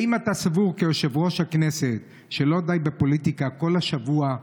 האם אתה סבור כיושב-ראש הכנסת שלא די בפוליטיקה כל השבוע,